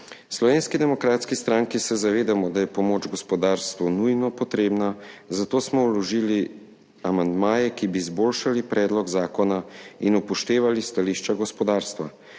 Slovenski demokratski stranki se zavedamo, da je pomoč gospodarstvu nujno potrebna, zato smo vložili amandmaje, ki bi izboljšali predlog zakona in upoštevali stališča gospodarstva.